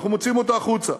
מוציאים אותו החוצה.